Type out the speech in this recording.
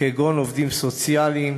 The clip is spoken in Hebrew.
כגון עובדים סוציאליים,